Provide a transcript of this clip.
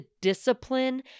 discipline